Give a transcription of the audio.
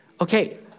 Okay